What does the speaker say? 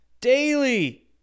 Daily